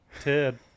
Ted